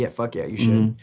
yeah fuck yeah you should.